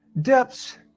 depths